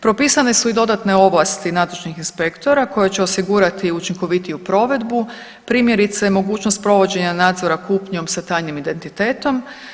Propisane su i dodatne ovlasti nadležnih inspektora koje će osigurati učinkovitiju provedbu primjerice mogućnost provođenja nadzora kupnjom sa tajnim identitetom.